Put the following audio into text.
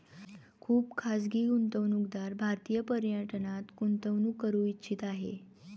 खुप खाजगी गुंतवणूकदार भारतीय पर्यटनात गुंतवणूक करू इच्छित आहे